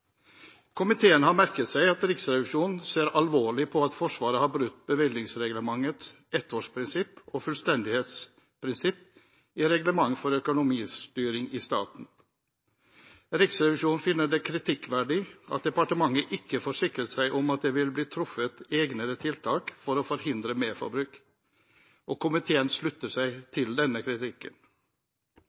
har brutt bevilgningsreglementets ettårsprinsipp og fullstendighetsprinsipp i Reglement for økonomistyring i staten. Riksrevisjonen finner det kritikkverdig at departementet ikke forsikret seg om at det ville bli truffet egnede tiltak for å forhindre merforbruk. Komiteen slutter seg til denne kritikken.